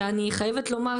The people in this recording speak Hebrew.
ואני חייבת לומר,